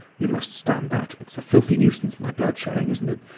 you must stand that! it's a filthy nuisance, my blood showing, isn't it?